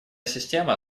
система